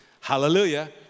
Hallelujah